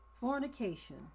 fornication